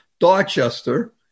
Dorchester